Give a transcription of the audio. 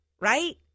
Right